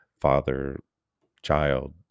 father-child